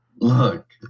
Look